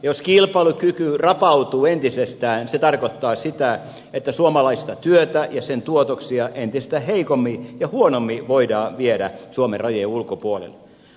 jos kilpailukyky rapautuu entisestään se tarkoittaa sitä että suomalaista työtä ja sen tuotoksia entistä heikommin ja huonommin voidaan viedä suomen rajojen ulkopuolelle